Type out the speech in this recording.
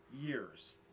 years